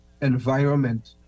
environment